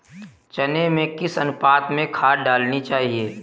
चने में किस अनुपात में खाद डालनी चाहिए?